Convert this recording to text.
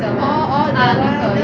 orh orh that [one]